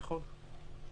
יכול.